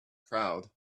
crowd